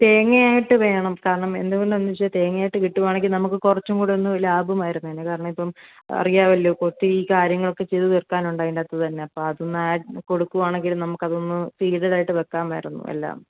തേങ്ങയായിട്ട് വേണം കാരണം എന്തുകൊണ്ടാന്നെച്ചാൽ തേങ്ങയായിട്ട് കിട്ടുവാണെങ്കിൽ നമുക്ക് കുറച്ചും കൂടൊന്ന് ലാഭമായിരുന്നേനെ കാരണം ഇപ്പം അറിയാവല്ലോ ഇപ്പം ഒത്തിരി കാര്യങ്ങളൊക്കെ ചെയ്ത് തീർക്കാനുണ്ട് അതിൻറ്റകത്ത് തന്നെ അപ്പോൾ അതൊന്നാ കൊടുക്കുവാണെങ്കിൽ നമുക്കതൊന്ന് സ്പീഡിലായിട്ട് വെക്കാമായിരുന്നു എല്ലാം